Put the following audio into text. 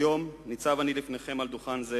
היום ניצב אני בפניכם על דוכן זה